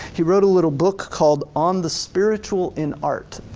he wrote a little book called on the spiritual in art.